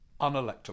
unelectable